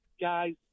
guys